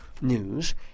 news